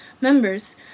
members